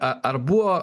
a ar buvo